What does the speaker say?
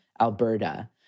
Alberta